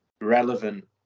relevant